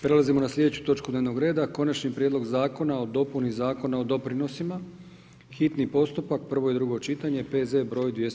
Prelazimo na slijedeću točku dnevnog reda: - Konačni prijedlog Zakona o dopuni Zakona o doprinosima, hitni postupak, prvo i drugo čitanje, P.Z. br. 296.